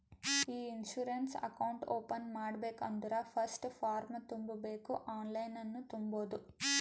E insurance account open ಮಾಡ್ಬೇಕ ಅಂದುರ್ first form ತುಂಬಬೇಕ್ ಆನ್ಲೈನನ್ನು ತುಂಬೋದು